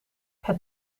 het